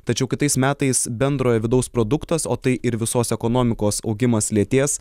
tačiau kitais metais bendrojo vidaus produktas o tai ir visos ekonomikos augimas lėtės